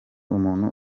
umuntu